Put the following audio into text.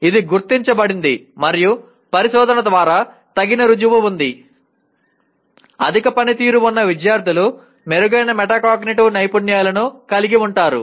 ఇది గుర్తించబడింది మరియు పరిశోధన ద్వారా తగిన రుజువు ఉంది అధిక పనితీరు ఉన్న విద్యార్థులు మెరుగైన మెటాకాగ్నిటివ్ నైపుణ్యాలను కలిగి ఉంటారు